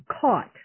caught